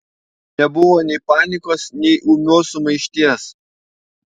nebuvo nei panikos nei ūmios sumaišties